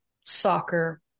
soccer